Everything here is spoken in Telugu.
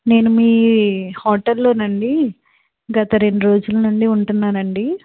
నేను మీ హోటల్లోనండి గత రెండు రోజుల్నుండి ఉంటున్నానండి